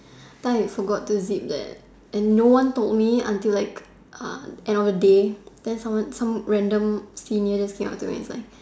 then I forgot to zip there and no one told me until like ah end of the day then someone some random senior just came out to me and it's like